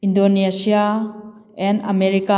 Indonesia and America